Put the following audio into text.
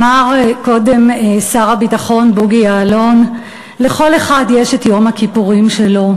אמר קודם שר הביטחון בוגי יעלון: לכל אחד יש את יום הכיפורים שלו.